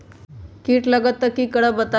कीट लगत त क करब बताई?